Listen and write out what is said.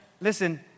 listen